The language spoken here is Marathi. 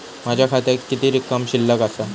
माझ्या खात्यात किती रक्कम शिल्लक आसा?